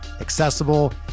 accessible